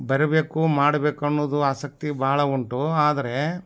ಬರಿಬೇಕು ಮಾಡ್ಬೇಕು ಅನ್ನೋದು ಆಸಕ್ತಿ ಭಾಳ ಉಂಟು ಆದರೆ